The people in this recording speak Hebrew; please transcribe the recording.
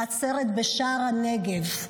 בעצרת בשער הנגב,